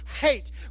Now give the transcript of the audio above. hate